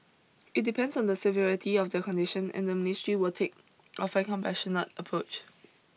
it depends on the severity of their condition and the ministry will take a fair compassionate approach